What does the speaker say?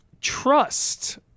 trust